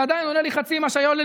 זה עדיין עולה לי חצי ממה שהיה עולה